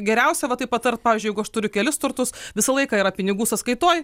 geriausia va taip patart pavyzdžiui jeigu aš turiu kelis turtus visą laiką yra pinigų sąskaitoj